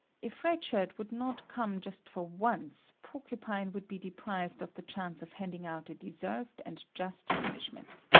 if red shirt would not come just for once, porcupine would be deprived of the chance of handing out a deserved and just punishment.